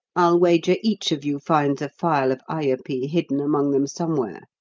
i'll wager each of you finds a phial of ayupee hidden among them somewhere.